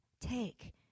take